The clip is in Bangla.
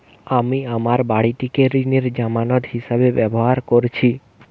আমি আমার বাড়িটিকে ঋণের জামানত হিসাবে ব্যবহার করেছি